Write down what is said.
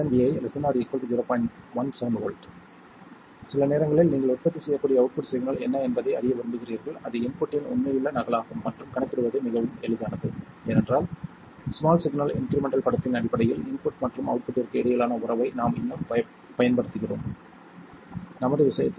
17 V சில நேரங்களில் நீங்கள் உற்பத்தி செய்யக்கூடிய அவுட்புட் சிக்னல் என்ன என்பதை அறிய விரும்புகிறீர்கள் அது இன்புட்டின் உண்மையுள்ள நகலாகும் மற்றும் கணக்கிடுவது மிகவும் எளிதானது ஏனென்றால் ஸ்மால் சிக்னல் இன்க்ரிமெண்டல் படத்தின் அடிப்படையில் இன்புட் மற்றும் அவுட்புட்டிற்கு இடையிலான உறவை நாம் இன்னும் பயன்படுத்துகிறோம் நமது விஷயத்தில் V0 4